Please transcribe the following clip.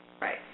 Right